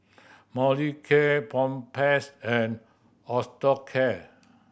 Molicare Propass and Osteocare